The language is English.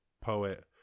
poet